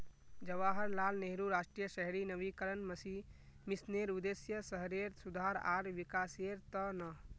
जवाहरलाल नेहरू राष्ट्रीय शहरी नवीकरण मिशनेर उद्देश्य शहरेर सुधार आर विकासेर त न